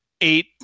eight